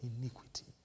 iniquity